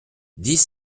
dix